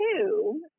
two